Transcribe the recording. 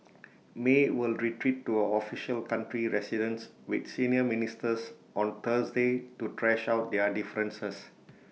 may will retreat to our official country residence with senior ministers on Thursday to thrash out their differences